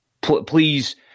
Please